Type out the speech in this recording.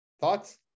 thoughts